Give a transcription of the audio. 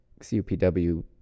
CUPW